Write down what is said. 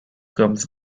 comes